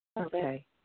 Okay